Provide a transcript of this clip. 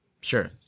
Sure